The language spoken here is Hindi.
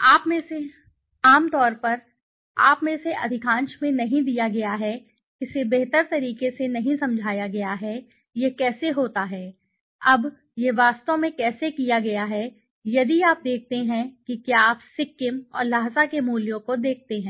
आप यह नहीं जानते हैं कि आप में से अधिकांश में नहीं दिया गया है इसे बेहतर तरीके से नहीं समझाया गया है कि यह कैसे होता है अब यह है कि यह वास्तव में कैसे किया गया है यदि आप देखते हैं कि क्या आप सिक्किम और ल्हासा के मूल्यों को देखते हैं